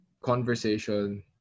conversation